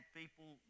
people